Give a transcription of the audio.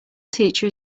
teacher